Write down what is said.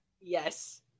Yes